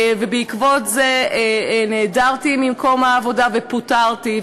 "בעקבות זה נעדרתי ממקום העבודה ופוטרתי.